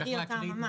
צריך להקריא את הנוסח.